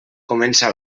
comença